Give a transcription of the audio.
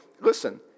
Listen